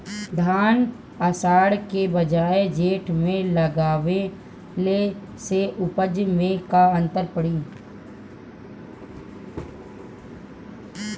धान आषाढ़ के बजाय जेठ में लगावले से उपज में का अन्तर पड़ी?